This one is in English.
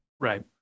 Right